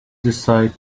decide